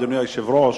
אדוני היושב-ראש,